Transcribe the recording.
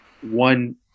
one